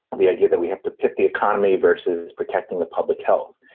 the idea that we have to pick the economy versus protecting the public health.